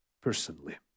personally